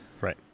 Right